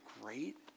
great